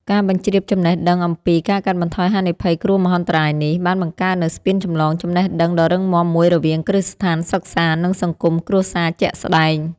ការបញ្ជ្រាបចំណេះដឹងអំពី ការកាត់បន្ថយហានិភ័យគ្រោះមហន្តរាយ នេះ បានបង្កើតនូវស្ពានចម្លងចំណេះដឹងដ៏រឹងមាំមួយរវាងគ្រឹះស្ថានសិក្សា និងសង្គមគ្រួសារជាក់ស្ដែង។